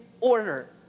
order